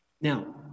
Now